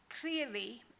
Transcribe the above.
clearly